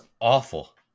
awful